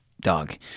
dog